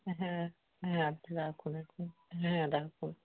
হ্যাঁ হ্যাঁ আপনি রাখুন এখন হ্যাঁ রাখুন